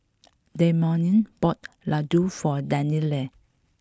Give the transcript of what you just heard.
Dameon bought Ladoo for Danielle